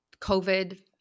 COVID